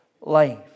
life